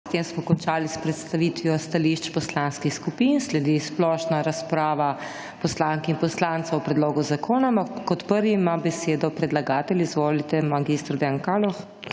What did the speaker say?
tem smo končali s predstavitvijo stališč poslanskih skupin. Sledi splošna razprava poslank in poslancev o predlogu zakona. Kot prvi ima besedo predlagatelj. Izvolite, mag. Dejan Kaloh.